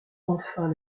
enfin